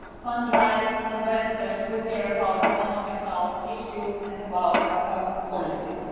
fundrise investors who care about economical issued and about policy.